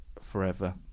forever